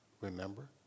remember